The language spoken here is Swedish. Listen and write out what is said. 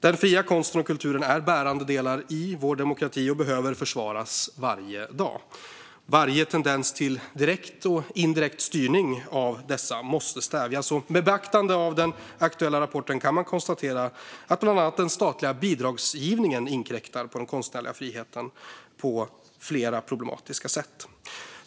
Den fria konsten och kulturen är bärande delar i vår demokrati och behöver försvaras varje dag. Varje tendens till direkt och indirekt styrning av dessa måste stävjas. Med beaktande av den aktuella rapporten kan man konstatera att bland annat den statliga bidragsgivningen inkräktar på den konstnärliga friheten på flera problematiska sätt.